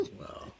Wow